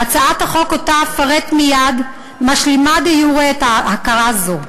והצעת החוק שאפרט מייד משלימה דה-יורה את ההכרה הזו.